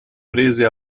prese